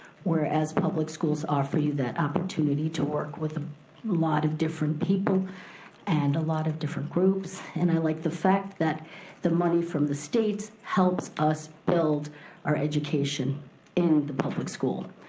whereas public schools offer you that opportunity to work with a lot of different people and a lot of different groups. and i like the fact that the money from the state helps us build our education in the public school,